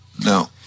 No